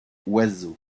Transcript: oiseau